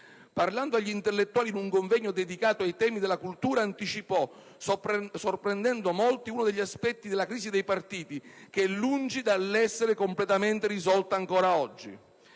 Parlando agli intellettuali, in un convegno dedicato ai temi della cultura, anticipò, sorprendendo molti, uno degli aspetti della crisi dei partiti, che è lungi dall'essere completamente risolta ancor oggi.